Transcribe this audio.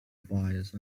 biased